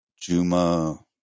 Juma